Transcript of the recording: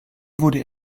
wurde